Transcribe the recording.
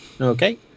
Okay